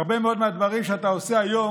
הרבה מאוד מהדברים שאתה עושה היום,